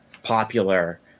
Popular